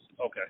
Okay